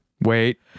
Wait